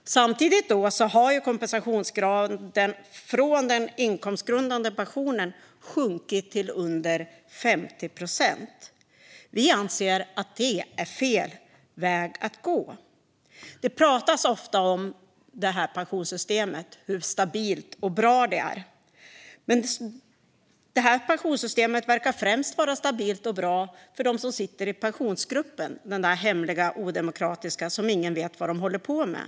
Samtidigt har kompensationsgraden från den inkomstgrundande pensionen sjunkit till under 50 procent. Vi anser att detta är fel väg att gå. Det pratas ofta om hur stabilt och bra det här pensionssystemet är. Men det verkar främst vara stabilt och bra för dem som sitter i den där hemliga och odemokratiska Pensionsgruppen - ingen vet vad de håller på med.